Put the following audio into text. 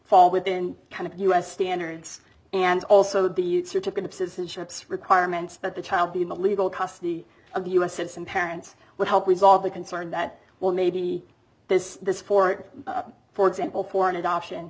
fall within kind of u s standards and also the certificate of citizenships requirements that the child be in the legal custody of the u s citizen parents would help resolve the concern that well maybe this this for for example foreign adoption